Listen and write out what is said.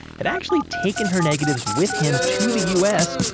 had actually taken her negatives with him to the u s.